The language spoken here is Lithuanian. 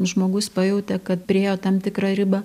žmogus pajautė kad priėjo tam tikrą ribą